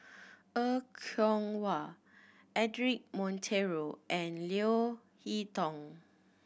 Er Kwong Wah Cedric Monteiro and Leo Hee Tong